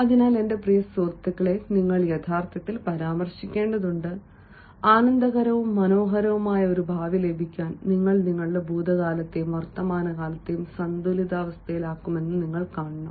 അതിനാൽ എന്റെ പ്രിയ സുഹൃത്തുക്കളെ നിങ്ങൾ യഥാർത്ഥത്തിൽ പരാമർശിക്കേണ്ടതുണ്ട് ആനന്ദകരവും മനോഹരവുമായ ഒരു ഭാവി ലഭിക്കാൻ നിങ്ങൾ നിങ്ങളുടെ ഭൂതകാലത്തെയും വർത്തമാനത്തെയും സന്തുലിതമാക്കുന്നുവെന്ന് നിങ്ങൾ കാണണം